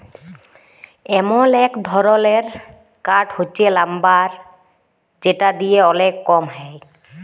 এমল এক ধরলের কাঠ হচ্যে লাম্বার যেটা দিয়ে ওলেক কম হ্যয়